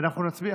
אנחנו נצביע